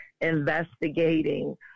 investigating